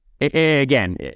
again